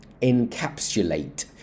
encapsulate